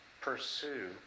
pursue